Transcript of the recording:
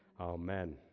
Amen